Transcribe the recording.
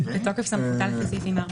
התשפ"א 2021 בתוקף סמכותה לפי סעיפים 4,